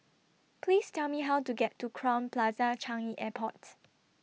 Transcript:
Please Tell Me How to get to Crowne Plaza Changi Airport